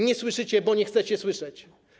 Nie słyszycie, bo nie chcecie słyszeć.